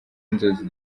inzozi